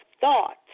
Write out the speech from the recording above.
thought